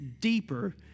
deeper